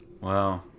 Wow